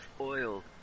oil